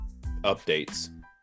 updates